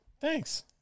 thanks